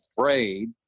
afraid